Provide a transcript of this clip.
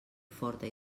forta